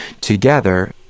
Together